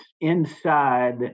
inside